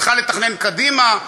צריכה לתכנן קדימה.